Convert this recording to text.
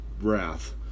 wrath